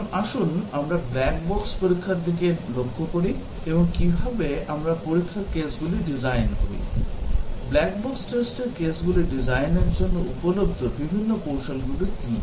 এখন আসুন আমরা ব্ল্যাক বক্স পরীক্ষার দিকে লক্ষ্য করি এবং কীভাবে আমরা পরীক্ষার কেসগুলি ডিজাইন করি ব্ল্যাক বক্স টেস্টের কেসগুলি ডিজাইনের জন্য উপলব্ধ বিভিন্ন কৌশলগুলি কী